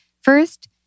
first